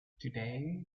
today